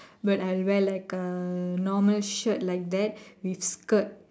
but I'll wear like a normal shirt like that with skirt